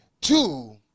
two